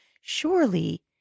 surely